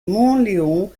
mauléon